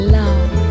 love